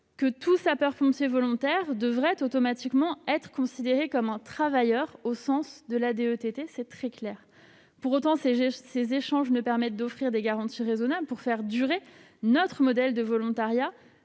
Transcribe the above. que tout sapeur-pompier volontaire doive automatiquement être considéré comme un travailleur au sens de la DETT- c'est très clair. Néanmoins, ces échanges ne permettent d'offrir des garanties raisonnables pour faire durer notre modèle de volontariat